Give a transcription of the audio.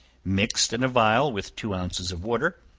mixed in a vial with two ounces of water